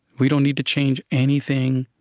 we don't need to change anything